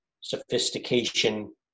sophistication